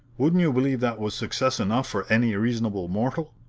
wouldn't you believe that was success enough for any reasonable mortal?